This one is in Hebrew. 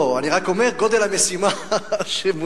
אני רק אומר שגודל המשימה שמונחת,